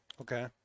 Okay